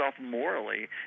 morally